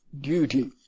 duty